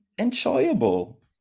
enjoyable